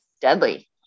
deadly